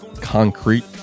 concrete